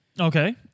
Okay